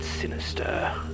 sinister